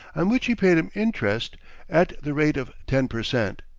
on which he paid him interest at the rate of ten per cent.